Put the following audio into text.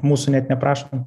mūsų net neprašant